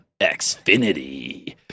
Xfinity